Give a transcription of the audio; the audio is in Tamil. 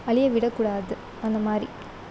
அழிய விடக்கூடாது அந்த மாதிரி